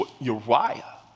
Uriah